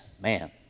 Man